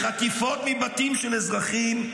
לחטיפות של אזרחים מבתים,